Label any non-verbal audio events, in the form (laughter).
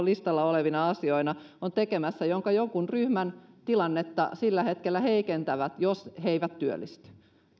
(unintelligible) listalla olevina asioina on tekemässä jotka jonkun ryhmän tilannetta sillä hetkellä heikentävät jos he eivät työllisty